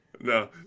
No